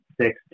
six